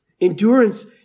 Endurance